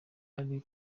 ari